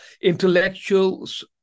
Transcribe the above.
Intellectuals